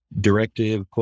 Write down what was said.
directive